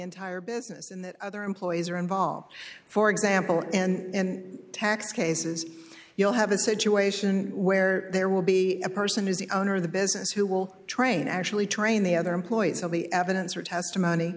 entire business and that other employees are involved for example and tax cases you'll have a situation where there will be a person who's the owner of the business who will train actually train the other employees of the evidence or testimony